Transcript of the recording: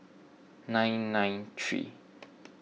nine nine three